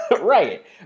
Right